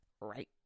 right